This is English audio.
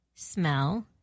Smell